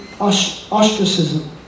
ostracism